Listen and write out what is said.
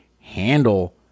handle